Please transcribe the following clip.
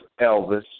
Elvis